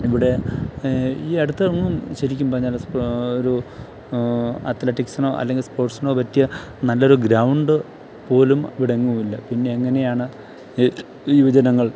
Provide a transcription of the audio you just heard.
ഇവിടെ ഈ അടുത്തെങ്ങും ശരിക്കും പറഞ്ഞാൽ സ് ഒരു അത്ലെറ്റിക്സിനോ അല്ലെങ്കിൽ സ്പോർട്ട്സിനോ പറ്റിയ നല്ലൊരു ഗ്രൗണ്ട് പോലും ഇവിടെങ്ങുമില്ല പിന്നെ എങ്ങനെയാണ് യുവജനങ്ങൾ